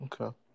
okay